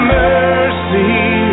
mercy